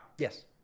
Yes